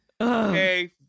Okay